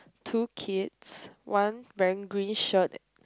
two kids one wearing green shirt